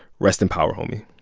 rest in power, homie